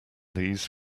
these